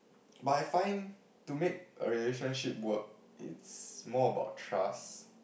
but I find to make a relationship work it's more about trust